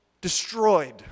destroyed